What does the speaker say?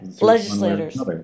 legislators